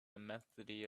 immensity